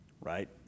right